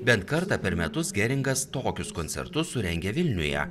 bent kartą per metus geringas tokius koncertus surengia vilniuje